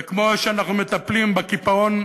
וכמו שאנחנו מטפלים בקיפאון,